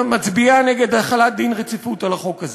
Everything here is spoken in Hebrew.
מצביעה נגד החלת דין רציפות על החוק הזה.